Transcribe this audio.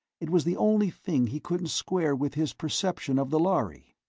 it was the only thing he couldn't square with his perception of the lhari.